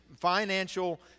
financial